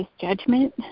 judgment